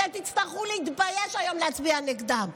אתם תצטרכו להתבייש היום להצביע נגדם.